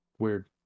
weird